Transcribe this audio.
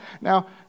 Now